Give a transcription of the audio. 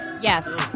Yes